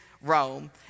Rome